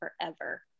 forever